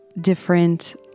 different